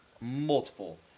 multiple